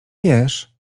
wiesz